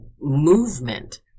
movement